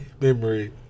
memory